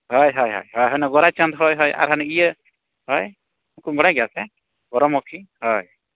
ᱦᱳᱭ ᱦᱳᱭ ᱩᱱᱤ ᱜᱚᱨᱟᱪᱟᱸᱫᱽ ᱦᱳᱭ ᱦᱳᱭ ᱟᱨ ᱦᱟᱱᱤ ᱤᱭᱟᱹ ᱦᱳᱭ ᱩᱝᱠᱩᱢ ᱵᱟᱰᱟᱭ ᱜᱮᱭᱟ ᱥᱮ ᱯᱚᱨᱟ ᱢᱩᱠᱷᱤ ᱦᱳᱭ